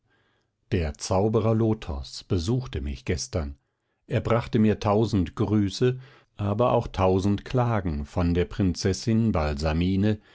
der zauberer lothos besuchte mich gestern er brachte mir tausend grüße aber auch tausend klagen von der prinzessin